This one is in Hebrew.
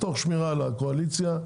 תוך שמירה על הקואליציה,